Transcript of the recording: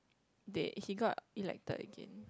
they he got elected again